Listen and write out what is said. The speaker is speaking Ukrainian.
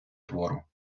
твору